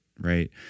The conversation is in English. right